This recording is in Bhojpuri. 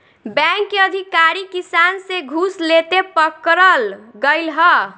बैंक के अधिकारी किसान से घूस लेते पकड़ल गइल ह